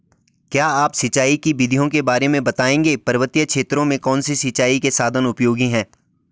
क्या आप सिंचाई की विधियों के बारे में बताएंगे पर्वतीय क्षेत्रों में कौन से सिंचाई के साधन उपयोगी हैं?